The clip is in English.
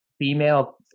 female